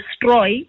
destroy